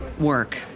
work